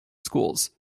schools